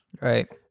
Right